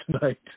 tonight